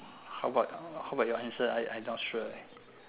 how about how about your answer I I not sure leh